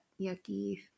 yucky